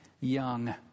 young